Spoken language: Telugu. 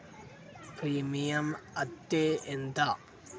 ప్రీమియం అత్తే ఎంత?